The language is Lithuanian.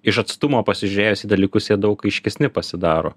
iš atstumo pasižiūrėjus į dalykus jie daug aiškesni pasidaro